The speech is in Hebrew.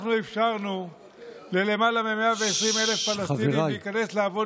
אנחנו אפשרנו ללמעלה מ-120,000 פלסטינים להיכנס לעבוד